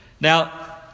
Now